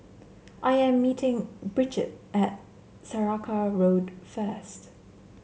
I am meeting Brigid at Saraca Road first